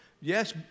Yes